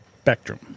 spectrum